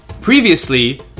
Previously